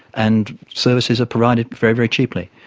and services are provided very, very cheaply,